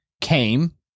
came